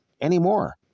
anymore